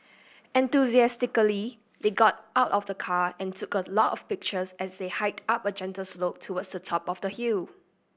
enthusiastically they got out of the car and took a lot of pictures as they hiked up a gentle slope towards the top of the hill